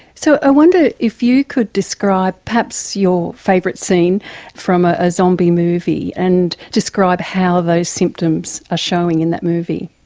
so i wonder if you could describe perhaps your favourite scene from a ah zombie movie and describe how those symptoms are ah showing in that movie.